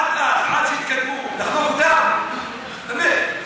עד אז, עד שיתקדמו, יכול גם, באמת.